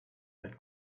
that